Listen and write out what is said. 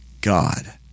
God